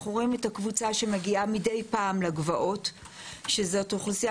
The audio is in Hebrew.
אנחנו רואים את הקבוצה שמגיעה מדי פעם לגבעות שזאת אוכלוסייה